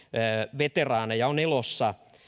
veteraaneja oli